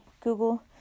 Google